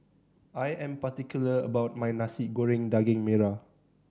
I am particular about my Nasi Goreng Daging Merah